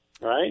Right